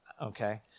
Okay